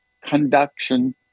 conduction